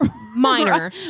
Minor